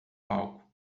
palco